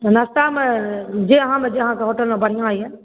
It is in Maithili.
नास्तामे जे अहाँमे जे अहाँके होटलमे बढ़िआँ अइ